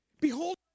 Behold